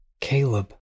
Caleb